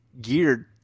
geared